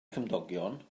cymdogion